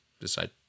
decide